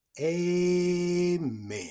Amen